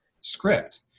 script